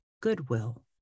goodwill